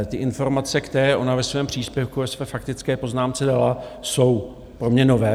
Ty informace, které ona ve svém příspěvku, ve své faktické poznámce dala, jsou pro mě nové.